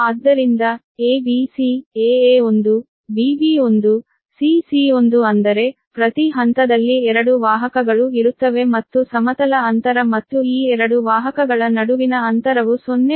ಆದ್ದರಿಂದ a b c aa1 bb1 cc1 ಅಂದರೆ ಪ್ರತಿ ಹಂತದಲ್ಲಿ 2 ವಾಹಕಗಳು ಇರುತ್ತವೆ ಮತ್ತು ಸಮತಲ ಅಂತರ ಮತ್ತು ಈ 2 ವಾಹಕಗಳ ನಡುವಿನ ಅಂತರವು 0